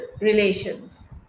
relations